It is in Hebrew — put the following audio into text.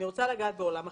אני רוצה לגעת בעולם החיתום.